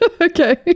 Okay